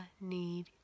need